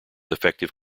effective